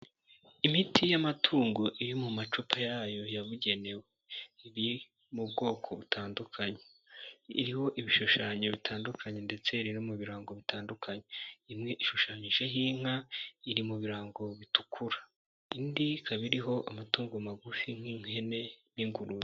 Imiti y'amatungo iri mu macupa yayo yabugenewe, iri mu bwoko butandukanye. Iriho ibishushanyo bitandukanye ndetse rero no mu birango bitandukanye. Imwe ishushanyijeho inka iri mu birango bitukura .Indi ikaba iriho amatungo magufi nk'ihene n'ingurube.